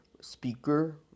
speaker